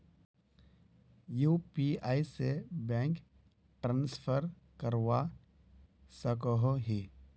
UPI से bank transfer करवा सकोहो ही?